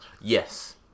yes